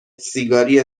سیگاری